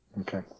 Okay